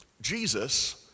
Jesus